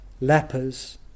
lepers